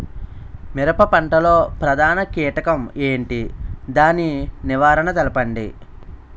మిరప పంట లో ప్రధాన కీటకం ఏంటి? దాని నివారణ తెలపండి?